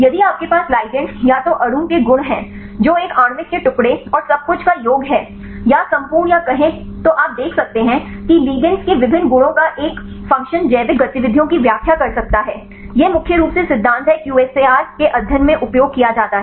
यदि आपके पास लिगैंड या तो अणु के गुण हैं जो एक आणविक के टुकड़े और सब कुछ का योग है या संपूर्ण या कहें तो आप देख सकते हैं कि लिगैंड के विभिन्न गुणों का एक फ़ंक्शन जैविक गतिविधियों की व्याख्या कर सकता है यह मुख्य रूप से सिद्धांत है QSAR के अध्ययन में उपयोग किया जाता है